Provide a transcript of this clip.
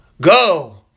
Go